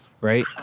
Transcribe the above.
Right